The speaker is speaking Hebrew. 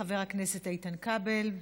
חבר הכנסת איתן כבל,